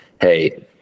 Hey